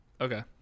Okay